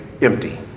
empty